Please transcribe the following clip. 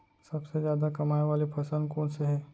सबसे जादा कमाए वाले फसल कोन से हे?